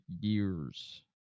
years